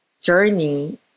journey